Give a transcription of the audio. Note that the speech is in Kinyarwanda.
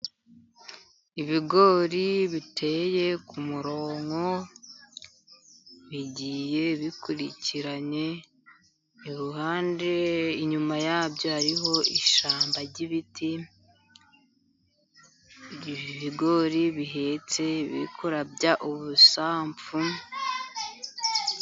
Ibigori biteye ku murongo bigiye bikurikiranye, iruhande inyuma yabyo hariho ishyamba ry'ibiti. Ibigori bihetse biri kurabya ubusamvu.